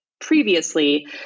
previously